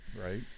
right